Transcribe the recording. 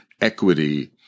equity